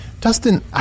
Dustin